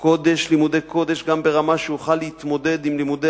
לימודי קודש גם ברמה שהוא יוכל להתמודד עם לימודי